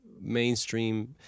mainstream